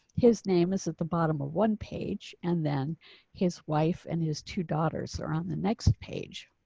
his name is at the bottom of one page and then his wife and his two daughters are on the next page.